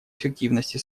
эффективности